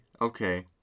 okay